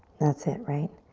that's it, right?